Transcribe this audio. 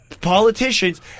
politicians